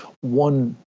one